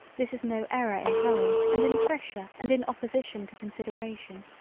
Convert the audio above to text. this is no error in hurry and in pressure and in opposition to consideration.